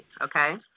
okay